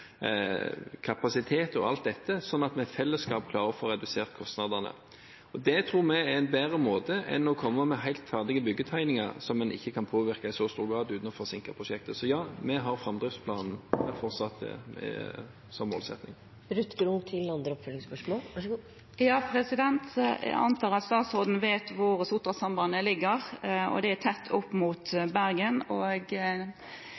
kapasitet og alt dette, sånn at vi i fellesskap klarer å få redusert kostnadene. Det tror vi er en bedre måte enn å komme med helt ferdige byggetegninger som en ikke kan påvirke i så stor grad uten å forsinke prosjektet. Så ja, vi har fortsatt framdriftsplanen som målsetting. Jeg antar at statsråden vet hvor Sotrasambandet ligger. Det er tett opp mot Bergen og tett befolkede Laksevåg, så jeg undrer meg litt over at han mener at det ikke er